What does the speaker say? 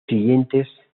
siguientes